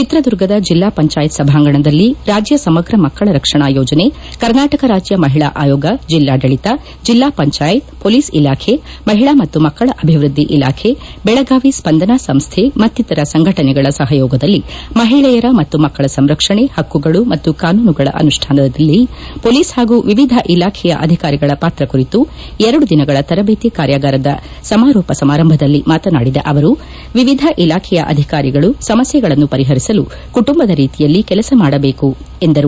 ಚಿತ್ರದುರ್ಗದ ಜಿಲ್ಲಾ ಪಂಚಾಯತ್ ಸಭಾಂಗಣದಲ್ಲಿ ರಾಜ್ಯ ಸಮಗ್ರ ಮಕ್ಕಳ ರಕ್ಷಣಾ ಯೋಜನೆ ಕರ್ನಾಟಕ ರಾಜ್ಯ ಮಹಿಳಾ ಆಯೋಗ ಜಿಲ್ಲಾಡಳಿತ ಜಿಲ್ಲಾ ಪಂಚಾಯತ್ ಪೊಲೀಸ್ ಇಲಾಖೆ ಮಹಿಳಾ ಮತ್ತು ಮಕ್ಕಳ ಅಭಿವೃದ್ಧಿ ಇಲಾಖೆ ಬೆಳಗಾವಿ ಸ್ಸಂದನಾ ಸಂಸ್ಥೆ ಮತ್ತಿತರ ಸಂಘಟನೆಗಳ ಸಹಯೋಗದಲ್ಲಿ ಮಹಿಳೆಯರ ಮತ್ತು ಮಕ್ಕಳ ಸಂರಕ್ಷಣೆ ಹಕ್ಕುಗಳು ಮತ್ತು ಕಾನೂನುಗಳ ಅನುಷ್ಠಾನದಲ್ಲಿ ಪೊಲೀಸ್ ಹಾಗೂ ವಿವಿಧ ಇಲಾಖೆಯ ಅಧಿಕಾರಿಗಳ ಪಾತ್ರ ಕುರಿತು ಎರಡು ದಿನಗಳ ತರಬೇತಿ ಕಾರ್ಯಾಗಾರದ ಸಮಾರೋಪ ಸಮಾರಂಭದಲ್ಲಿ ಮಾತನಾಡಿದ ಅವರು ವಿವಿಧ ಇಲಾಖೆಯ ಅಧಿಕಾರಿಗಳು ಸಮಸ್ಥೆಗಳನ್ನು ಪರಿಪರಿಸಲು ಕುಟುಂಬದ ರೀತಿಯಲ್ಲಿ ಕೆಲಸ ಮಾಡಬೇಕು ಎಂದರು